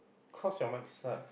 cause your mike suck